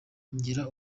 ngira